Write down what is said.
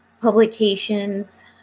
publications